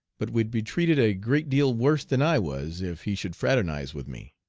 but would be treated a great deal worse than i was if he should fraternize with me.